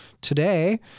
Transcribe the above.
today